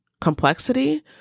complexity